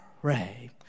pray